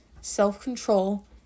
self-control